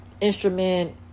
instrument